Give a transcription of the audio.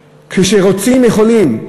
כשרוצים, יכולים.